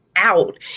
out